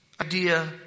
idea